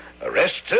arrested